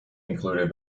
included